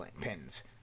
pins